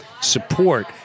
Support